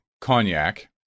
Cognac